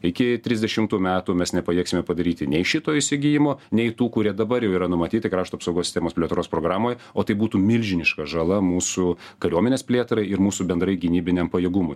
iki trisdešimtų metų mes nepajėgsime padaryti nei šito įsigijimo nei tų kurie dabar jau yra numatyti krašto apsaugos sistemos plėtros programoj o tai būtų milžiniška žala mūsų kariuomenės plėtrai ir mūsų bendrai gynybiniam pajėgumui